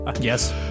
Yes